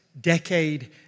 decade